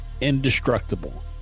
indestructible